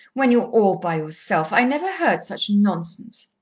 when you're all by yourself! i never heard such nonsense.